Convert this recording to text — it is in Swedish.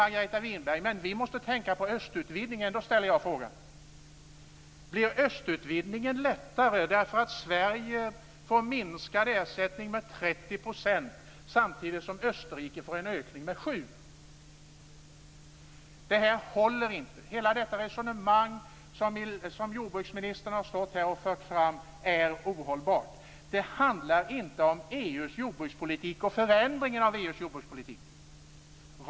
Margareta Winberg säger: Vi måste tänka på östutvidgningen. Men då ställer jag frågan: Blir östutvidgningen lättare därför att Sverige får minskad ersättning med 30 %, samtidigt som Österrike får en ökning med 7 %? Det här håller inte. Det resonemang som jordbruksministern här har fört fram är ohållbart. Det handlar inte om EU:s jordbrukspolitik eller om förändringen av EU:s jordbrukspolitik.